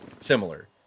similar